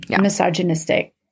misogynistic